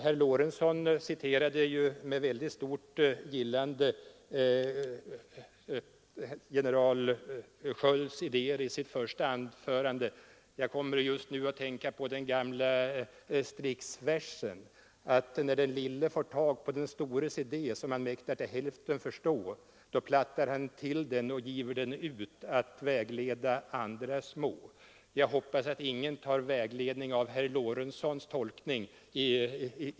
I sitt första anförande citerade herr Lorentzon generalen Skölds idéer med stort gillande. Jag kommer just nu att med anledning av detta tänka på den gamla Strix-versen: som han mäktar till hälften förstå då plattar han till den och giver den ut att vägleda andra små.” Jag hoppas att ingen tar vägledning av herr Lorentzons tolkning.